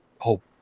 hope